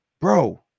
Bro